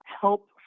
help